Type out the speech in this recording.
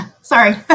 Sorry